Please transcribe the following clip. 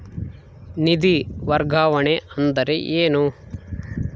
ನಿಧಿ ವರ್ಗಾವಣೆ ಅಂದರೆ ಏನು?